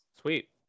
Sweet